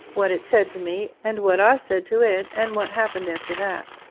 what it said to me, and what i said to it, and what happened after that.